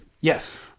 yes